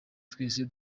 twese